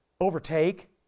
overtake